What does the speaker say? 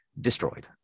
destroyed